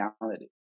reality